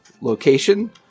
location